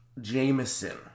Jameson